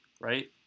right